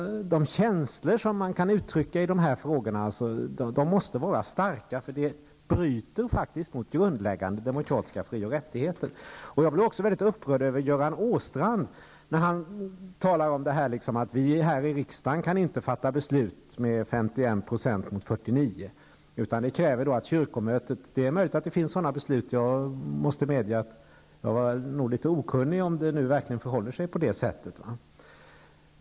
De känslor som man kan uttrycka i de här frågorna måste vara starka, för detta bryter faktiskt mot grundläggande demokratiska fri och rättigheter. Jag blir också mycket upprörd över när Göran Åstrand talar om att vi här i riksdagen inte kan fatta beslut med 51 % mot 49, utan beslutet kräver kyrkomötets samtycke. Det är möjligt att det finns sådana beslut. Jag måste medge att jag nog är litet okunnig om ifall det verkligen förhåller sig på det sättet.